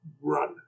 run